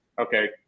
okay